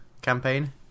campaign